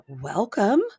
welcome